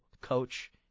coach